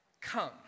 come